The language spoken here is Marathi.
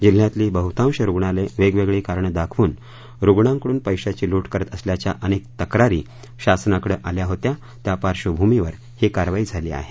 जिल्ह्यातली बहुतांश रुग्णालयं वेगवेगळी कारणं दाखवून रुग्णांकडून पैशांची लूट करत असल्याच्या अनेक तक्रारी शासनाकडे आल्या होत्या त्या पार्श्वभूमीवर ही कारवाई झाली आहे